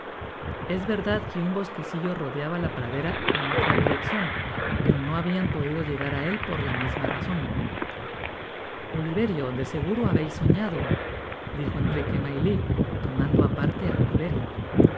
es verdad que un bosquecillo rodeaba la pradera en otra direccion pero no habian podido llegar á él por la misma razon oliverio de seguro habeis soñado dijo enrique maylie tomando á parte á oliverio oh